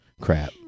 Crap